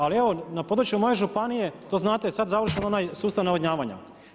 Ali evo na području moje županije, to znate sad je završen onaj sustav navodnjavanja.